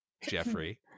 Jeffrey